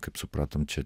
kaip supratom čia